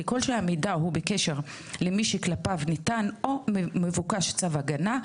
ככל שהמידע הוא בקשר למי שכלפיו ניתן או מבוקש צו ההגנה,